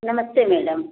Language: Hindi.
नमस्ते मैडम